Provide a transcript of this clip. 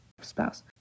spouse